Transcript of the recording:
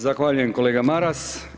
Zahvaljujem kolega Maras.